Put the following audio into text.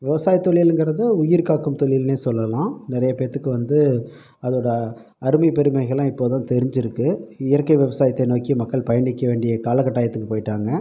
விவசாய தொழில்ங்கிறது உயிர்காக்கும் தொழில்னே சொல்லெலாம் நிறைய பேற்றுக்கு வந்து அதோடய அருமை பெருமைகளாம் இப்போது தான் தெரிஞ்சுருக்கு இயற்கை விவசாயத்தை நோக்கி மக்கள் பயணிக்க வேண்டிய காலகட்டாயத்துக்கு போயிட்டாங்க